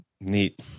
Neat